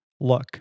look